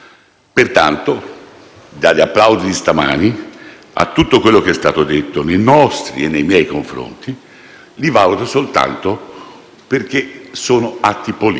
e tutto quello che è stato detto nei nostri e nei miei confronti li valuto soltanto come atti politici. Come ho detto, non rispondo alle offese,